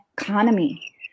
economy